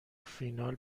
فینال